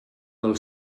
del